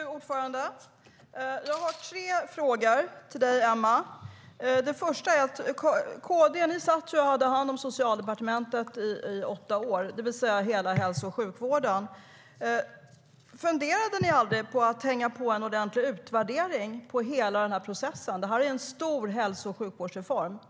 Fru talman! Jag har flera frågor till dig, Emma Henriksson.Kristdemokraterna hade hand om Socialdepartementet, det vill säga hela hälso och sjukvården, i åtta år. Funderade ni aldrig på att göra en ordentlig utvärdering av hela den här processen? Det är en stor hälso och sjukvårdsreform.